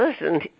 listen